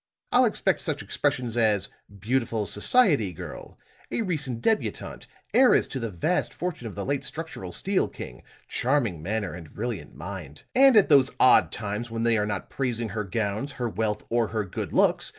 i'll expect such expressions as beautiful society girl a recent debutante heiress to the vast fortune of the late structural steel king charming manner and brilliant mind and at those odd times when they are not praising her gowns, her wealth or her good looks,